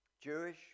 Jewish